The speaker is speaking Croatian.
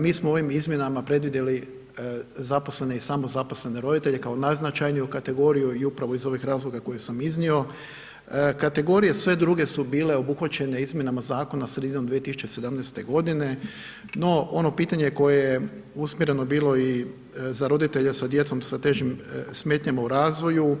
Mi smo ovim izmjenama predvidjeli zaposlene i samozaposlene roditelje kao najznačajniju kategoriju, i upravo iz ovih razloga koje sam iznio, kategorije sve druge su bile obuhvaćene Izmjenama zakona sredinom 2017.-te godine, no ono pitanje koje je usmjereno bilo i za roditelje sa djecom sa težim smetnjama u razvoju,